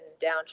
down